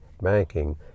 banking